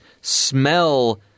smell